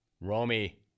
Romy